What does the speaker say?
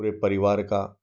पूरे परिवार का